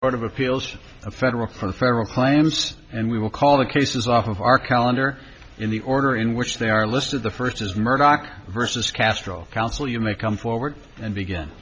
of appeals of federal for the federal claims and we will call the cases off of our calendar in the order in which they are listed the first is murdoch versus castro counsel you may come forward and begin